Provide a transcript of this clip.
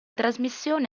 trasmissione